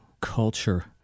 culture